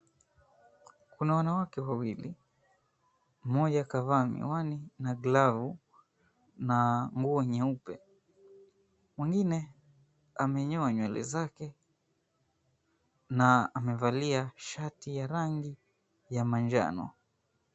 Kuna wanawake wawili, mmoja kavaa miwani na glavu na nguo nyeupe, mwengine amenyoa nywele zake na amevalia shati la rangi ya manjano.